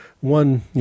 one